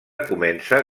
comença